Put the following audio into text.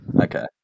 Okay